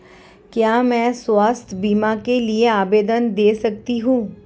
क्या मैं स्वास्थ्य बीमा के लिए आवेदन दे सकती हूँ?